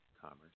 commerce